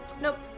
Nope